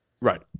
Right